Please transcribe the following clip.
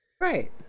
right